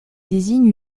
désigne